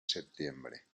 septiembre